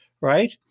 right